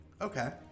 Okay